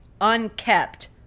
unkept